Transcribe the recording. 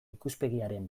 ikuspegiaren